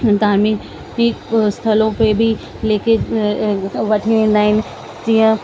धार्मिक ही स्थलो पे बि वठी वेंदा आहिनि जीअं